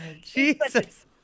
Jesus